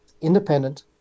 independent